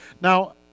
Now